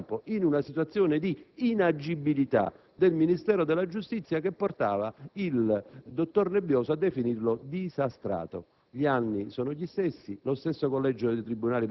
coincide con gli atti che ha messo in campo, in una situazione di inagibilità del Ministero della giustizia, che portava il dottor Nebbioso a definirlo disastrato.